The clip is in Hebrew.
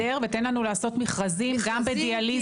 שזה יהיה ספקי הסדר ותן לנו לעשות מכרזים גם בדיאליזה,